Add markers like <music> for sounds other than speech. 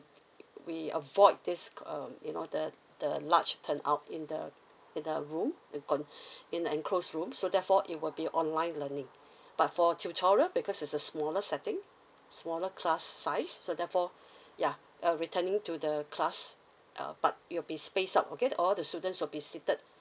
we avoid this uh you know the the large turn out in the in the room gone <breath> in an enclosed room so therefore it will be online learning but for tutorial because is a smaller setting smaller class size so therefore <breath> ya uh returning to the class uh but you'll be spaced out okay all the students will be seated